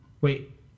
Wait